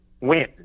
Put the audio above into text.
win